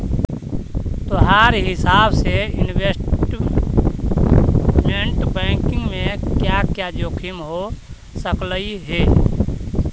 तोहार हिसाब से इनवेस्टमेंट बैंकिंग में क्या क्या जोखिम हो सकलई हे